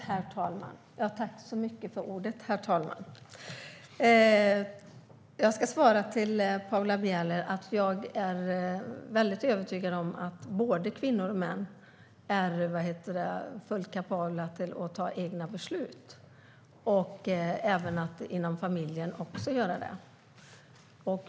Herr talman! Jag ska svara till Paula Bieler att jag är övertygad om att både kvinnor och män är fullt kapabla att fatta egna beslut, även inom den egna familjens ram.